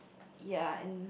ya and